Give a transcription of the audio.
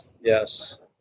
yes